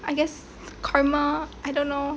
I guess karma I don't know